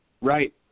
Right